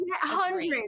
hundreds